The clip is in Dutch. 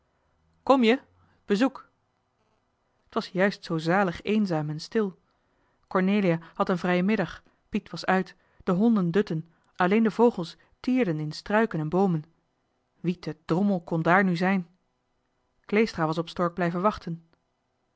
kom je bezoek t was juist zoo zalig eenzaam en stil cornelia had een vrijen middag piet was uit de honden dutten alleen de vogels tierden in struiken en boomen wie te drommel kon daar nu zijn kleestra was op stork blijven wachten